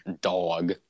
dog